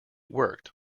worked